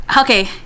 okay